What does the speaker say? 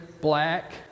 black